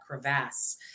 crevasse